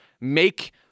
make